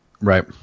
Right